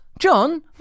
John